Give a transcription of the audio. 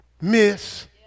miss